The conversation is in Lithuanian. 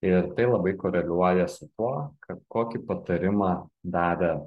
ir tai labai koreliuoja su tuo kad kokį patarimą davė